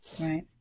Right